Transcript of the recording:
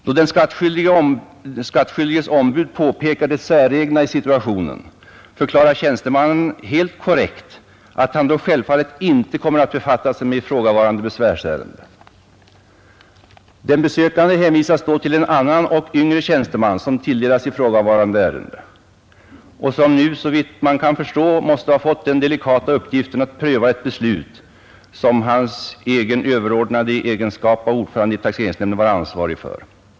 När den skattskyldiges ombud påpekar det säregna i situationen förklarar tjänstemannen helt korrekt att han självfallet inte kommer att befatta sig med ifrågavarande besvärsärende. Den besökande hänvisas då till en annan och yngre tjänsteman som tilldelats ifrågavarande ärende och som, såvitt man kan förstå, nu måste ha fått den delikata uppgiften att pröva ett beslut som hans egen överordnade i egenskap av ordförande i taxeringsnämnden var ansvarig för.